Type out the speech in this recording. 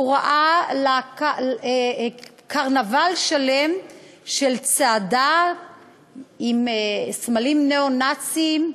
הוא ראה קרנבל שלם של צועדים עם סמלים נאו-נאציים,